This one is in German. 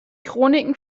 chronik